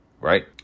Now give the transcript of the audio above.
right